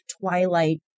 twilight